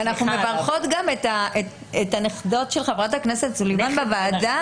אני אתן לייעוץ המשפטי להביא את עמדתם בעניין הזה.